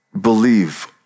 believe